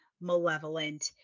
malevolent